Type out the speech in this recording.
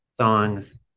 songs